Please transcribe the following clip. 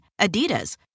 Adidas